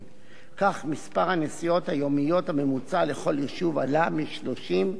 מספר הנסיעות היומיות הממוצע לכל יישוב עלה מ-30 ל-38.